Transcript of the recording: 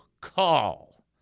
call